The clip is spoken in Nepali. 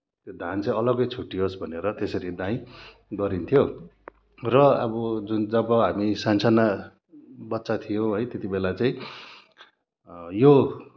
त्यो धान चाहिँ अलग्गै छुट्टियोस् भनेर त्यसरी दाइँ गरिन्थ्यो र अब जुन जब हामी साना साना बच्चा थियौँ है त्यति बेला चाहिँ यो